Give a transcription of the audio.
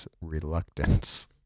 reluctance